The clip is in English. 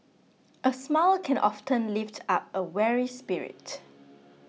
a smile can often lift up a weary spirit